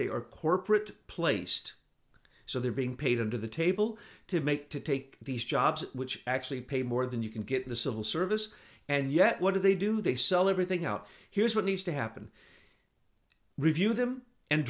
they are corporate placed so they're being paid under the table to make to take these jobs which actually pay more than you can get in the civil service and yet what do they do they sell everything out here's what needs to happen review them and